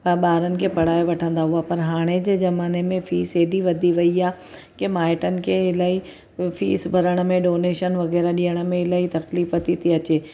ॿारनि खे पढ़ाए वठंदा हुआ पर हाणे जे ज़माने में फ़ीस ऐॾी वधी वेई आहे की माइटनि खे इलाही फ़ीस भरण में डोनेशन वग़ैरह ॾियण में इलाही तकलीफ़ थी थी अचे